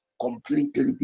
completely